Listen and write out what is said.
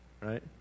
right